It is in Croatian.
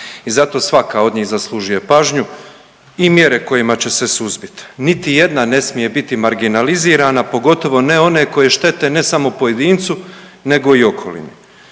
i zato svaka od njih zaslužuje pažnju i mjere kojima će se suzbiti. Niti jedna ne smije biti marginalizirana pogotovo ne one koje štete ne samo pojedincu nego i okolini.